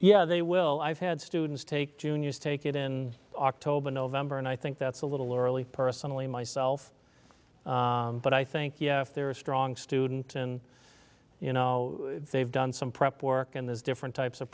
yeah they will i've had students take juniors take it in october november and i think that's a little early personally myself but i think if there are strong student and you know they've done some prep work and there's different types of